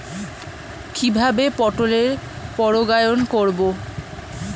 কিভাবে পটলের পরাগায়ন করব?